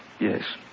yes